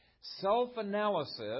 Self-analysis